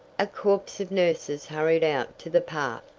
a corps of nurses hurried out to the path!